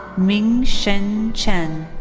ming shin chen.